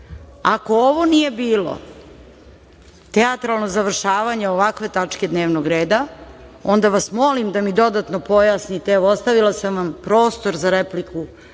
ovo nije bilo teatralno završavanje ovakve tačke dnevnog reda, onda vas molim da mi dodatno pojasnite, evo, ostavila sam vam prostor za repliku,